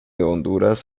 honduras